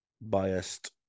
biased